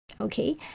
okay